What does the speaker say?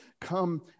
come